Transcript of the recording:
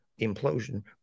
implosion